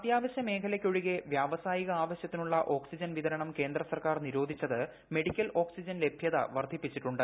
അത്യാവശ്യ മേഖലയ്ക്കൊഴികെ വ്യാവസായിക ആവശ്യത്തിനുള്ള ഓക്സിജൻ വിതരണം കേന്ദ്ര സർക്കാർ നിരോധിച്ചത് മെഡിക്കൽ ഓക്സിജൻ ലഭ്യത വർദ്ധിപ്പിച്ചിട്ടുണ്ട്